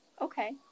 Okay